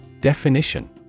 Definition